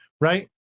right